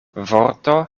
vorto